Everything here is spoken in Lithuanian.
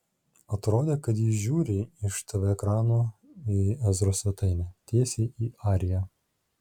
atrodė kad ji žiūri iš tv ekrano į ezros svetainę tiesiai į ariją